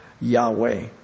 Yahweh